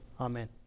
Amen